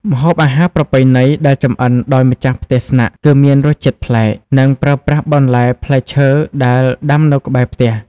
ម្ហូបអាហារប្រពៃណីដែលចម្អិនដោយម្ចាស់ផ្ទះស្នាក់ គឺមានរសជាតិប្លែក និងប្រើប្រាស់បន្លែផ្លែឈើដែលដាំនៅក្បែរផ្ទះ។